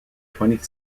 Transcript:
twentieth